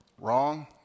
Wrong